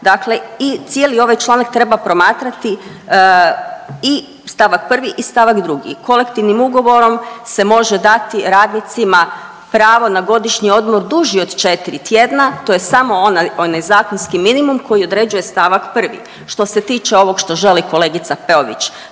dakle i cijeli ovaj članak treba promatrati i st. 1. i st. 2., kolektivnim ugovorom se može dati radnicima pravo na godišnji odmor duži od 4 tjedna, to je samo onaj zakonski minimum koji određuje st. 1.. Što se tiče ovog što želi kolegica Peović